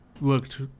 looked